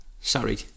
Sorry